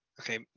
okay